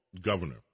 governor